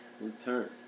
Return